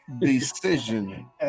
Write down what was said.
decision